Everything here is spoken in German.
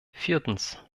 viertens